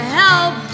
help